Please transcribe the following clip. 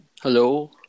Hello